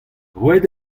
roet